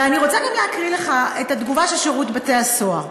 ואני רוצה גם להקריא לך את התגובה של שירות בתי-הסוהר: